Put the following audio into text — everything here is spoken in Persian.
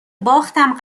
باختم